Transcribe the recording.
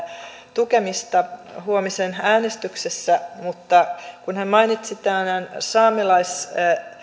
tukemista huomisen äänestyksessä mutta kun hän mainitsi tämän saamelaisten